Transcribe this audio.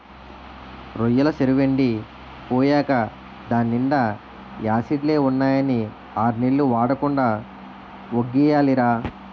రొయ్యెల సెరువెండి పోయేకా దాన్నీండా యాసిడ్లే ఉన్నాయని ఆర్నెల్లు వాడకుండా వొగ్గియాలిరా